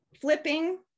flipping